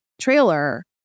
trailer